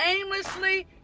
aimlessly